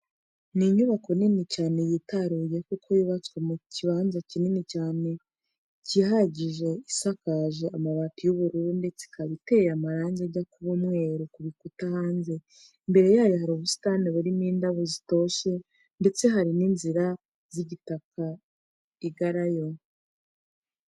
Ni inyubako nini cyane yitaruye kuko yubatswe mu kibanza kinini cyane kiyihagije, isakaje amabati y'ubururu ndetse ikaba iteye amarangi ajya kuba umweru ku bikuta hanze, imbere yayo hari ubusitani burimo indabo zotoshye ndetse hari n'inzira y'igitaka igarayo.